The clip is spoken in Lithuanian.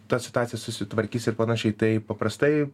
ta situacija susitvarkys ir panašiai tai paprastai